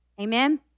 Amen